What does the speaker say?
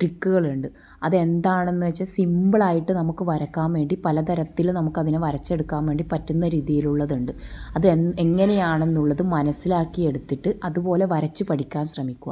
ട്രിക്കുകളുണ്ട് അതെന്താണെന്നു വെച്ചാൽ സിമ്പിളായിട്ട് നമുക്ക് വരക്കാൻ വേണ്ടി പലതരത്തിൽ നമുക്കതിനെ വരച്ചെടുക്കാൻ വേണ്ടി പറ്റുന്ന രീതിയിലുള്ളതുണ്ട് അതെങ്ങനെയാണെന്നുള്ളത് മനസ്സിലാക്കിയെടുത്തിട്ട് അതുപോലെ വരച്ചു പഠിക്കാൻ ശ്രമിക്കുക